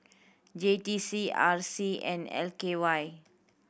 J T C R C and L K Y